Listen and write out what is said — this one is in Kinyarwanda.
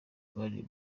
abandi